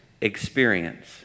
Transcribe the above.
experience